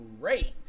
great